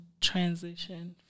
transition